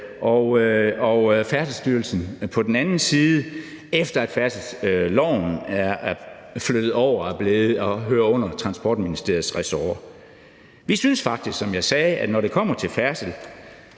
og Færdselsstyrelsen på den anden side, efter færdselsloven er flyttet og nu hører under Transportministeriets ressort. Som jeg sagde, er vi, når det kommer til færdsel,